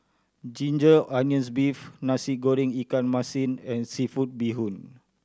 ginger onions beef Nasi Goreng ikan masin and seafood bee hoon